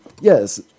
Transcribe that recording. Yes